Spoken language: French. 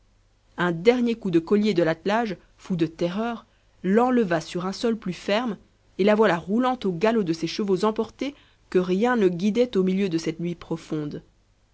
un dernier coup de collier de l'attelage fou de terreur l'enleva sur un sol plus ferme et la voilà roulant au galop de ses chevaux emportés que rien ne guidait au milieu de cette nuit profonde